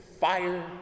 fire